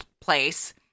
place